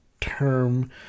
term